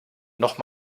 noch